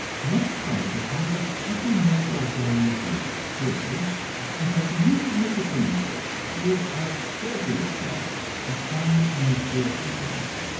one point upon which every medical authority agrees is that the use of nicotine is of deadly effect upon the immature organism.